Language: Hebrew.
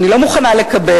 אני לא מוכנה לקבל,